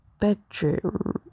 Bedroom